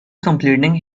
completing